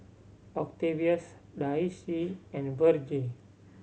Octavius Daisye and Virge